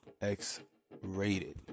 X-rated